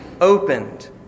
opened